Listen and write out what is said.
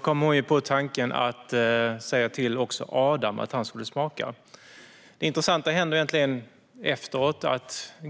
kommer hon på tanken att säga till Adam att också smaka. Det intressanta händer efteråt.